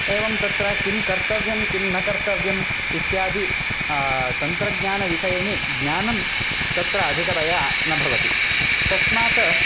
एवं तत्र किं कर्तव्यं किं न कर्तव्यम् इत्यादि तन्त्रज्ञानविषयिणीज्ञानं तत्र अधिकतया न भवति तस्मात्